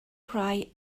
rhai